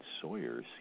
Sawyer